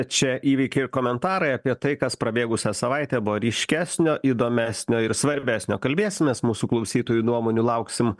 čia įvykiai ir komentarai apie tai kas prabėgusią savaitę buvo ryškesnio įdomesnio ir svarbesnio kalbėsimės mūsų klausytojų nuomonių lauksim